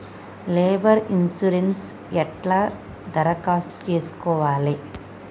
Labour insurance ఎట్ల దరఖాస్తు చేసుకోవాలే?